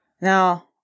Now